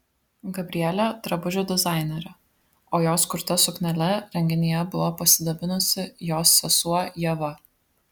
gabrielė drabužių dizainerė o jos kurta suknele renginyje buvo pasidabinusi jos sesuo ieva